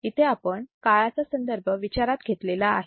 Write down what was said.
इथे आपण काळाचा संदर्भ विचारात घेतलेला आहे